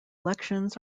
elections